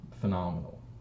Phenomenal